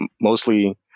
mostly